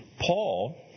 Paul